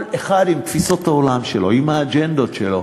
כל אחד עם תפיסות העולם שלו, עם האג'נדות שלו.